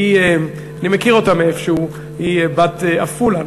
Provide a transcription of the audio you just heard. שהיא, אני מכיר אותה מאיפה שהוא, בת עפולה.